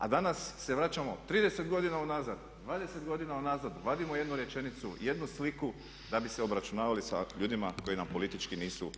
A danas se vraćamo 30 godina unazad, 20 godina unazad, vadimo jednu rečenicu, jednu sliku da bi se obračunavali sa ljudima koji nam politički nisu skloni.